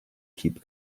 keep